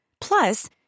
Plus